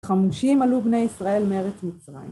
חמושים עלו בני ישראל מארץ מצרים.